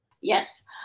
Yes